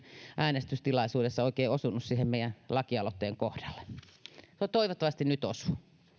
äänestystilaisuudessa oikein osunut siihen meidän lakialoitteen kohdalle toivottavasti nyt